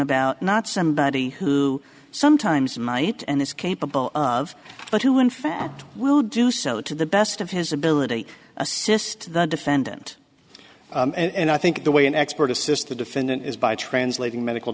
about not somebody who sometimes might and is capable of but who in fact will do so to the best of his ability assist the defendant and i think the way an expert assist the defendant is by translating medical